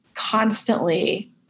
Constantly